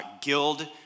guild